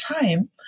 time